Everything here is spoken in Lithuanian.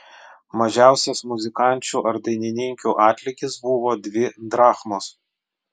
mažiausias muzikančių ar dainininkių atlygis buvo dvi drachmos